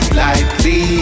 lightly